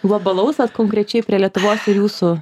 globalaus vat konkrečiai prie lietuvos ir jūsų